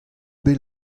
bet